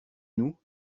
nous